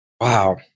Wow